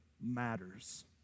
matters